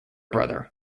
brother